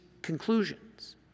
Conclusions